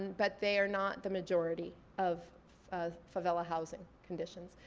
and but they are not the majority of of favela housing conditions.